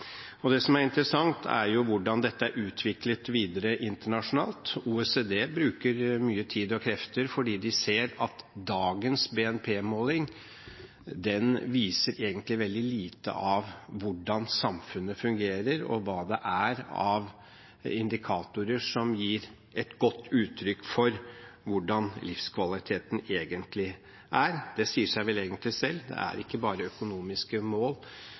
Det som er interessant, er hvordan dette er utviklet videre internasjonalt. OECD bruker mye tid og krefter, for de ser at dagens BNP-måling egentlig viser veldig lite av hvordan samfunnet fungerer, og hva det er av indikatorer som gir et godt uttrykk for hvordan livskvaliteten egentlig er. Det sier seg vel egentlig selv, det er ikke bare økonomiske mål